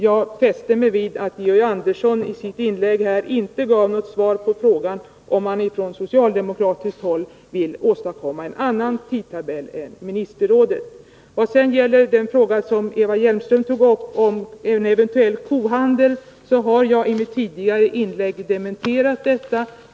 Jag fäste mig vid att Georg Andersson i sitt inlägg inte gav något svar på frågan om man från socialdemokratiskt håll vill åstadkomma en annan tidtabell än ministerrådets. Vad sedan gäller den fråga som Eva Hjelmström tog upp om en eventuell kohandel så har jag i mitt tidigare inlägg dementerat detta.